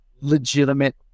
legitimate